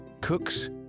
cooks